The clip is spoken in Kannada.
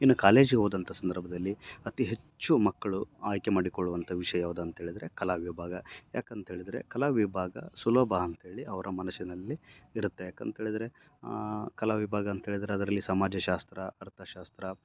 ಇನ್ನ ಕಾಲೇಜಿಗೆ ಹೋದಂಥ ಸಂದರ್ಭ್ದಲ್ಲಿ ಅತಿ ಹೆಚ್ಚು ಮಕ್ಕಳು ಆಯ್ಕೆ ಮಾಡಿಕೊಳ್ಳುವಂಥ ವಿಷಯ ಯಾವ್ದು ಅಂತೇಳಿದರೆ ಕಲಾ ವಿಭಾಗ ಯಾಕೆ ಅಂತೇಳಿದರೆ ಕಲಾ ವಿಭಾಗ ಸುಲಭ ಅಂತ್ಹೇಳಿ ಅವರ ಮನಸ್ಸಿನಲ್ಲಿ ಇರತ್ತೆ ಯಾಕಂತೇಳಿದರೆ ಕಲಾ ವಿಭಾಗ ಅಂತೇಳಿದ್ರೆ ಅದರಲ್ಲಿ ಸಮಾಜಶಾಸ್ತ್ರ ಅರ್ಥಶಾಸ್ತ್ರ